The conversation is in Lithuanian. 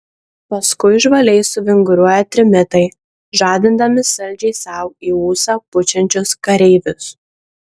paskui žvaliai suvinguriuoja trimitai žadindami saldžiai sau į ūsą pučiančius kareivius